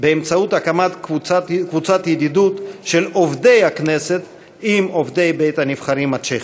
באמצעות הקמת קבוצת ידידות של עובדי הכנסת עם בית-הנבחרים הצ'כי.